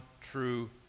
true